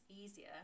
easier